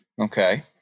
okay